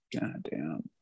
Goddamn